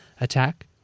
attack